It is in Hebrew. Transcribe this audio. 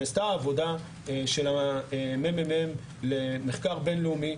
נעשתה עבודה של מרכז המחקר והמידע למחקר בין לאומי,